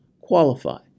qualify